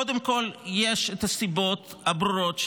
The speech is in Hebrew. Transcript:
קודם כול יש את הסיבות הברורות,